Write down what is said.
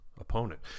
opponent